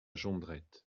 jondrette